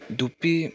धुप्पी